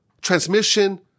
transmission